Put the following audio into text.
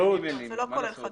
זה לא כולל חגים.